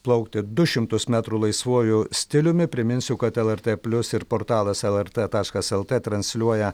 plaukti du šimtus metrų laisvuoju stiliumi priminsiu kad lrt plius ir portalas lrt taškas lt transliuoja